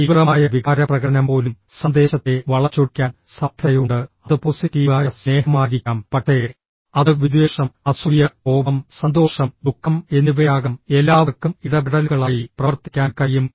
തീവ്രമായ വികാരപ്രകടനം പോലും സന്ദേശത്തെ വളച്ചൊടിക്കാൻ സാധ്യതയുണ്ട് അത് പോസിറ്റീവ് ആയ സ്നേഹമായിരിക്കാം പക്ഷേ അത് വിദ്വേഷം അസൂയ കോപം സന്തോഷം ദുഃഖം എന്നിവയാകാം എല്ലാവർക്കും ഇടപെടലുകളായി പ്രവർത്തിക്കാൻ കഴിയും